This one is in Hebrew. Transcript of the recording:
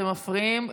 אתם מפריעים.